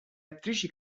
attrici